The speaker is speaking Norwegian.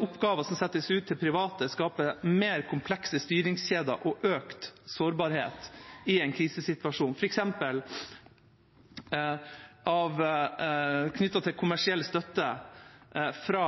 Oppgaver som settes ut til private, skaper mer komplekse styringskjeder og økt sårbarhet i en krisesituasjon, f.eks. knyttet til kommersiell støtte fra